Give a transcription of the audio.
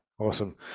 Awesome